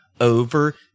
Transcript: over